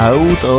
Out